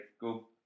go